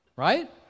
right